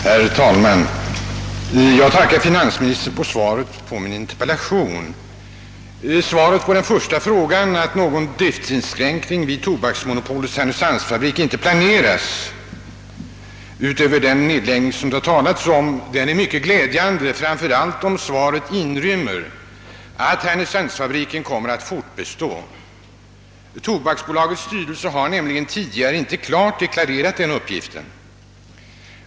Herr talman! Jag tackar finansministern för svaret på min interpellation. Svaret på den första frågan, att någon driftsinskränkning vid Tobaksbolagets härnösandsfabrik inte planeras utöver den nedläggning som det har talats om, är mycket glädjande, framför allt om svaret inrymmer att härnösandsfabriken kommer att fortbestå. Tobaksbolagets styrelse har nämligen tidigare inte klart deklarerat den uppgiften.